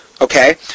Okay